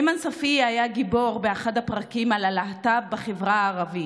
איימן ספייה היה גיבור באחד הפרקים על הלהט"ב בחברה הערבית.